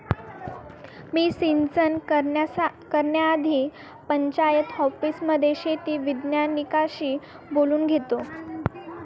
मी सिंचन करण्याआधी पंचायत ऑफिसमध्ये शेती वैज्ञानिकांशी बोलून घेतो